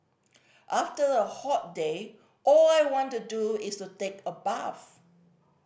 after a hot day all I want to do is a take a bath